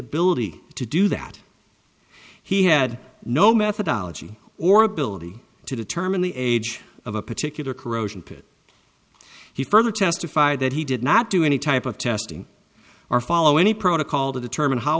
ability to do that he had no methodology or ability to determine the age of a particular corrosion pit he further testified that he did not do any type of testing or follow any protocol to determine how